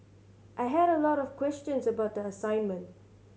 I had a lot of questions about the assignment